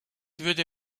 würde